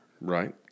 right